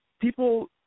People